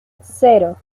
cero